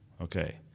Okay